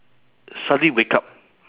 suddenly wake up